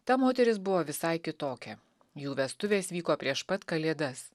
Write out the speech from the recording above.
ta moteris buvo visai kitokia jų vestuvės vyko prieš pat kalėdas